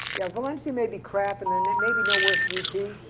yeah valencia may be crap. and there and and may be no worse gp,